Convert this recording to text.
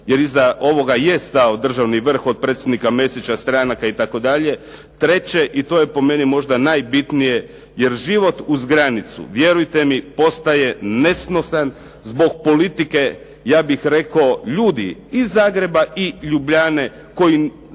jer iza ovoga je stao državni vrh, od predsjednika Mesića, stranaka itd. Treće, i to je po meni možda najbitnije. Jer život uz granicu, vjerujte mi postaje nesnosan zbog politike, ja bih rekao ljudi i Zagreba i Ljubljane koji